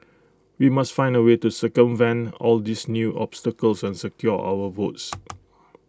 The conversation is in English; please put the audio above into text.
we must find A way to circumvent all these new obstacles and secure our votes